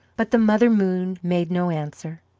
but the mother moon made no answer.